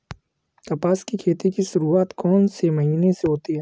कपास की खेती की शुरुआत कौन से महीने से होती है?